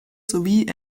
sowie